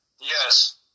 Yes